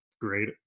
great